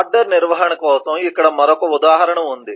order నిర్వహణ కోసం ఇక్కడ మరొక ఉదాహరణ ఉంది